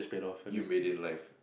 you made it in life